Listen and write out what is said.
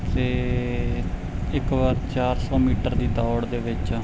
ਅਤੇ ਇੱਕ ਵਾਰ ਚਾਰ ਸੌ ਮੀਟਰ ਦੀ ਦੌੜ ਦੇ ਵਿੱਚ